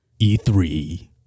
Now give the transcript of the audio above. E3